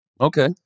Okay